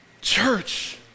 Church